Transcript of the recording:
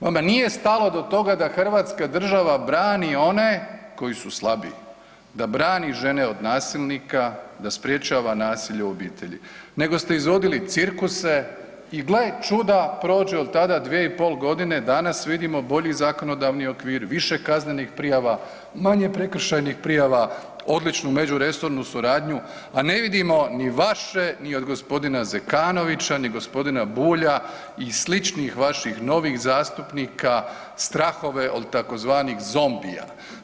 Vama nije stalo do toga da hrvatska država brani one koji su slabiji, da brani žene od nasilnika, da sprječava nasilje u obitelji, nego ste izvodili cirkuse i gle čuda prođe od tada 2,5 godine i danas vidimo bolji zakonodavni okvir, više kaznenih prijava, manje prekršajnih prijava, odličnu međuresornu suradnju, a ne vidimo ni vaše, ni od gospodina Zekanovića, ni gospodina Bulja i sličnih vaših novih zastupnika strahove od tzv. zombija.